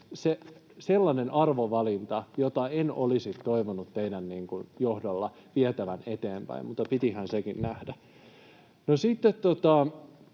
sellainen arvovalinta, jota en olisi toivonut teidän johdollanne vietävän eteenpäin, mutta pitihän sekin nähdä.